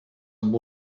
amb